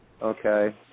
Okay